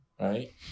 Right